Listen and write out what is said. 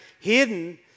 hidden